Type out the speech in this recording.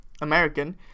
American